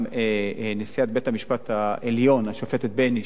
גם נשיאת בית-המשפט העליון, השופטת בייניש,